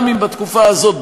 גם אם בתקופה הזאת,